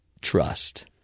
Trust